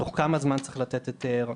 תוך כמה זמן צריך לתת היתר,